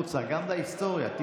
מה עם המעונות?